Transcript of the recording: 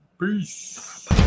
Peace